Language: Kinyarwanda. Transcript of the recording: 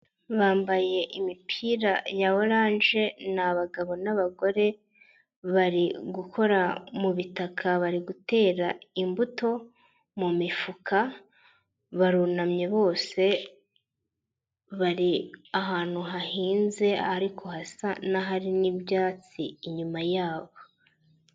Bambaye imipira ya oranje, ni abagabo n'abagore, bari gukora mu bitaka, bari gutera imbuto mu mifuka, barunamye bose, bari ahantu hahinze ariko hasa n'ahari n'ibyatsi inyuma yabo.